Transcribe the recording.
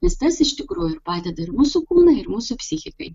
nes tas iš tikrųjų padeda ir mūsų kūnui ir mūsų psichikai